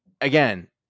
again